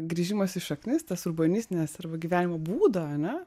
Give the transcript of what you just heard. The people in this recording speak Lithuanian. grįžimas į šaknis tas urbanistines arba gyvenimo būdo ane